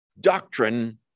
doctrine